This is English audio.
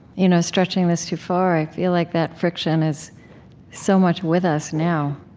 you know stretching this too far, i feel like that friction is so much with us now.